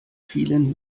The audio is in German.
vielen